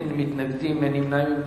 אין מתנגדים, אין נמנעים.